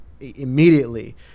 immediately